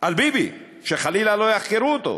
על ביבי, שחלילה לא יחקרו אותו,